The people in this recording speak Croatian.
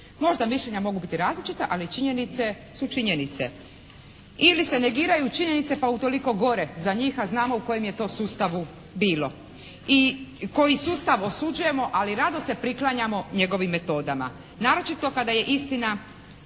Možda mišljenja mogu biti različita ali činjenice su činjenice. Ili se negiraju činjenice pa utoliko gore za njih, a znamo u kojem je to sustavu bilo. I koji sustav osuđujemo ali rado se priklanjamo njegovim metodama. Naročito kada je istina